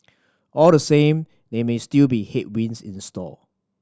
all the same name may still be headwinds in the store